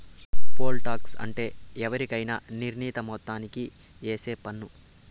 pole tax అంటే ఎవరికైనా నిర్ణీత మొత్తానికి ఏసే పన్ను